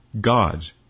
God